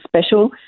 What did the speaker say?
special